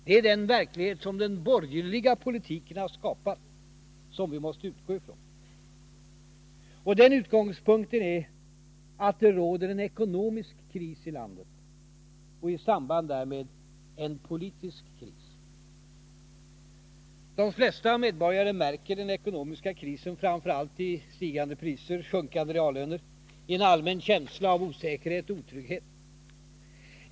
Det är den verklighet som den borgerliga politiken har skapat som vi måste utgå från. Utgångspunkten är att det råder en ekonomisk kris i landet och i samband därmed en politisk kris. De flesta medborgare märker den ekonomiska krisen framför allt i stigande priser, i sjunkande reallöner, i en allmän känsla av osäkerhet och otrygghet.